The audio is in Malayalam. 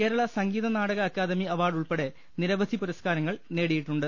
കേരള സംഗീത നാടക അക്കാദമി അവാർഡ് ഉൾപ്പടെ നിരവധി പുരസ്കാരങ്ങൾ നേടിയിട്ടുണ്ട്